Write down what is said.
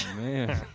man